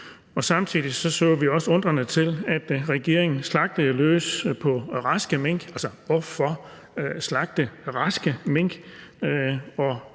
Samtidig så vi også undrende til, at regeringen slagtede løs på raske mink. Altså, hvorfor slagte raske mink?